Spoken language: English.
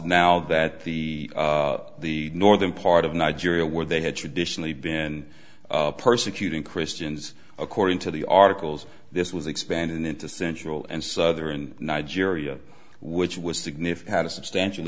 now that the the northern part of nigeria where they had traditionally been persecuting christians according to the articles this was expanded into central and southern nigeria which was significant a substantial